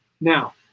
now